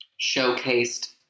showcased